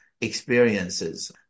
experiences